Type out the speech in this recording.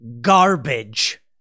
garbage